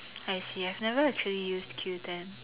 I see I've never actually used Q Ten